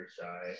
shy